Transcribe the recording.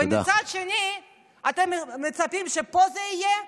ומצד שני אתם מצפים שפה זה יהיה?